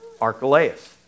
Archelaus